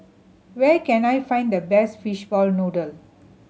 where can I find the best fishball noodle